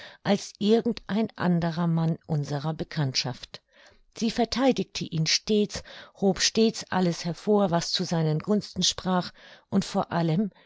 als irgend ein anderer mann unserer bekanntschaft sie vertheidigte ihn stets hob stets alles hervor was zu seinen gunsten sprach und vor allem